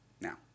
Now